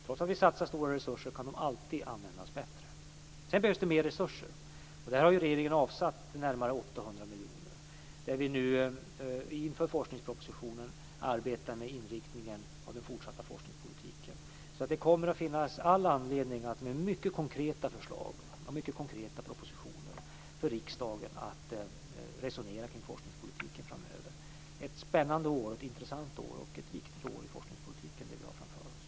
Trots att vi satsar stora resurser kan de alltid användas bättre. Sedan behövs det mer resurser. Regeringen har avsatt närmare 800 miljoner kronor. Inför forskningspropositionen arbetar vi med inriktningen av den fortsatta forskningspolitiken. Det kommer att finnas all anledning för riksdagen att med hjälp av mycket konkreta förslag och mycket konkreta propositioner resonera kring forskningspolitiken framöver. Det är ett spännande, intressant och viktigt år för forskningspolitiken som vi har framför oss.